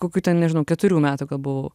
kokių ten nežinau keturių metų buvau